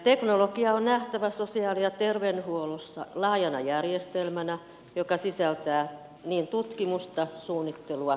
teknologia on nähtävä sosiaali ja terveydenhuollossa laajana järjestelmänä joka sisältää niin tutkimusta suunnittelua kuin käyttöä